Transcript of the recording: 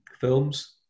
films